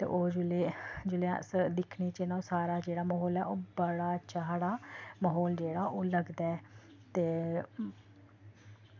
ते ओह् जेल्लै जेल्लै अस दिक्खने च ना ओह् सारा जेह्ड़ा म्हौल ऐ ओह् बड़ा अच्छा साढ़ा म्हौल जेह्ड़ा ओह् लगदा ऐ ते